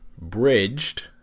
bridged